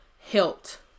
helped